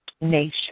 nation